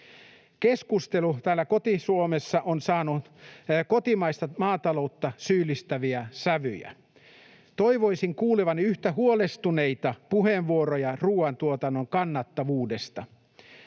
Keskustelu täällä koti-Suomessa on saanut kotimaista maataloutta syyllistäviä sävyjä. Toivoisin kuulevani yhtä huolestuneita puheenvuoroja ruoantuotannon kannattavuudesta.